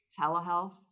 telehealth